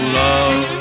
love